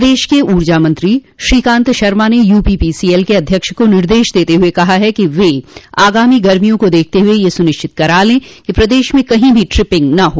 प्रदेश के ऊर्जा मंत्री श्रीकांत शर्मा ने यूपी पीसीएल के अध्यक्ष को निर्देश देते हुए कहा है कि वे आगामी गर्मियों को देखते हुए यह सुनिश्चित कराले कि प्रदेश में कही भी ट्रिपिंग न हो